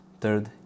Third